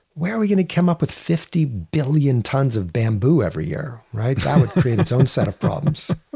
where are we going to come up with fifty billion tons of bamboo every year, right? that would create its own set of problems